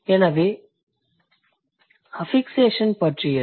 எனவே அது அஃபிக்சேஷன் பற்றியது